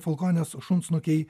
falkonės šunsnukiai